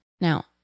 Now